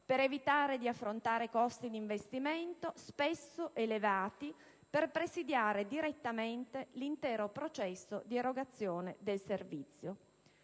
per evitare di affrontare costi di investimento spesso elevati per presidiare direttamente l'intero processo di erogazione del servizio.